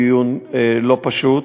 דיון לא פשוט,